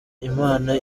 imana